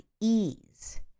ease